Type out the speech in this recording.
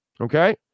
Okay